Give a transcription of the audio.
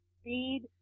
speed